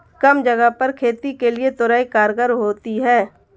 कम जगह पर खेती के लिए तोरई कारगर होती है